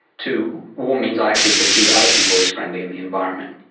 to warm means i actually perceive other people as friendly in the environment.